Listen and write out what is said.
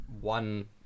one